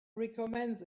recommends